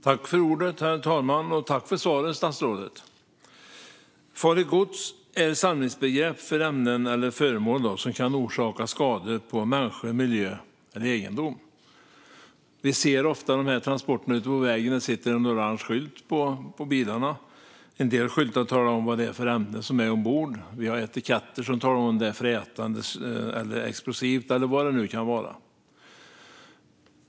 Herr talman! Jag tackar statsrådet för svaret. Farligt gods är ett samlingsbegrepp för ämnen eller föremål som kan orsaka skador på människor, miljö eller egendom. Vi ser ofta sådana transporter ute på vägen; det sitter en orange skylt på bilarna. En del skyltar talar om vilket ämne som finns ombord. Etiketter anger om ämnena är frätande, explosiva eller vad det nu kan vara.